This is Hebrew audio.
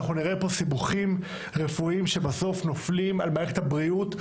אנחנו נראה פה סיבוכים רפואיים שבסוף נופלים על מערכת הבריאות,